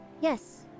Yes